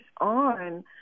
on